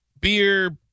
beer